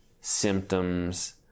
symptoms